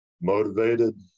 motivated